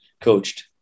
coached